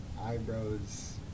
eyebrows